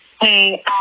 Hey